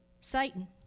Satan